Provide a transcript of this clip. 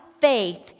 faith